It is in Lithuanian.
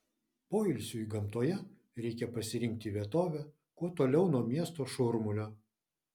poilsiui gamtoje reikia pasirinkti vietovę kuo toliau nuo miesto šurmulio